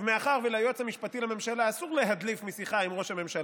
מאחר שליועץ המשפטי לממשלה אסור להדליף משיחה עם ראש הממשלה,